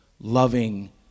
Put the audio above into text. loving